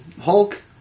Hulk